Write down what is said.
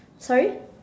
sorry